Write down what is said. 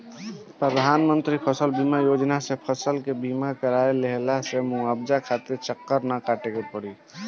प्रधानमंत्री फसल बीमा योजना से फसल के बीमा कराए लेहला से मुआवजा खातिर चक्कर ना काटे के पड़ी